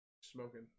smoking